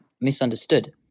misunderstood